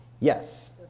Yes